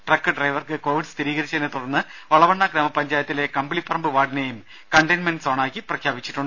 truck ഡ്രൈവർക്ക് Covid സ്ഥിരീകരിച്ചതിനെ തുടർന്ന് ഒളവണ്ണ ഗ്രാമപഞ്ചായത്തിലെ കമ്പിളിപ്പറമ്പ് വാർഡിനേയും കണ്ടെയ്മെന്റ് സോണാക്കി പ്രഖ്യാപിച്ചു